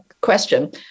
question